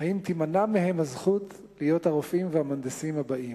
אם תימנע מהם הזכות להיות הרופאים והמהנדסים הבאים,